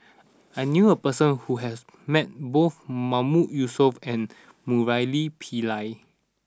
I knew a person who has met both Mahmood Yusof and Murali Pillai